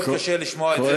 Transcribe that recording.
באמת מאוד קשה לשמוע את זה,